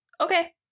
Okay